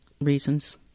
reasons